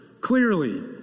clearly